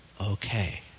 okay